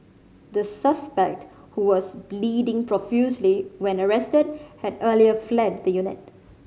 the suspect who was bleeding profusely when arrested had earlier fled the unit